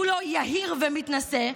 כולו יהיר ומתנשא,